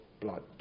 blood